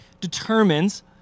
determines